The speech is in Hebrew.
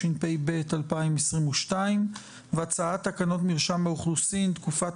התשפ"ב-2022 והצעת תקנות מרשם האוכלוסין (תקופת